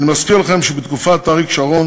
אני מזכיר לכם שבתקופת אריק שרון